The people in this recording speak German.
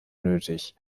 nötig